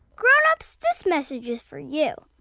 grown-ups, this message is for you